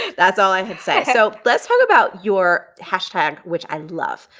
that's all i can say. so, let's talk about your hashtag, which i love,